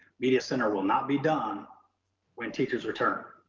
media center will not be done when teachers return.